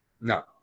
No